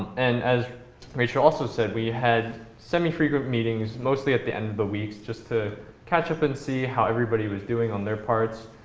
and, as rachel also said, we had semi-frequent meetings, mostly at the end of the weeks, just to catch up and see how everybody was doing on their parts,